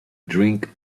drink